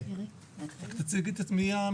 בקשה.